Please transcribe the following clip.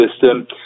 system